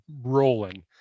rolling